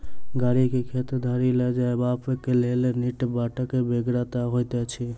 गाड़ी के खेत धरि ल जयबाक लेल नीक बाटक बेगरता होइत छै